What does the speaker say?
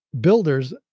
builders